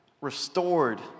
restored